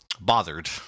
bothered